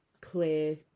clear